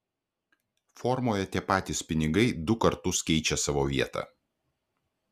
formoje tie patys pinigai du kartus keičia savo vietą